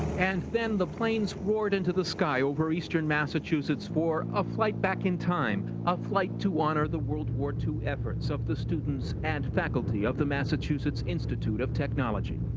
and then the planes roared into the sky over eastern massachusetts for a flight back in time, a flight to honor the world war ii efforts of the students and faculty of the massachusetts institute of technology.